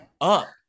up